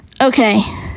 Okay